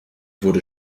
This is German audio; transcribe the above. wurde